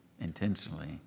intentionally